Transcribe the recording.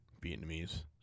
Vietnamese